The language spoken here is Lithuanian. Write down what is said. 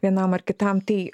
vienam ar kitam tai